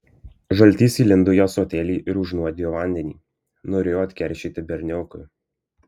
žaltys įlindo į ąsotėlį ir užnuodijo vandenį norėjo atkeršyti berniokui